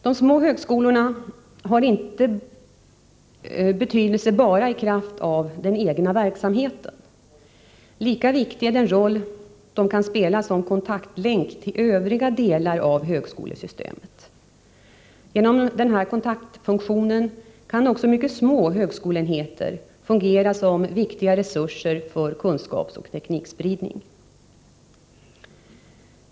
De små högskolorna har inte betydelse bara i kraft av den egna verksamheten. Lika viktig är den roll de kan spela som kontaktlänk till övriga delar av högskolesystemet. Genom denna kontaktfunktion kan också mycket små högskoleenheter fungera som viktiga resurser för kunskapsoch teknikspridning.